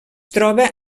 troba